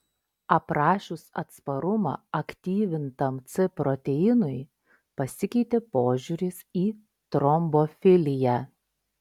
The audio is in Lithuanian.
aprašius atsparumą aktyvintam c proteinui pasikeitė požiūris į trombofiliją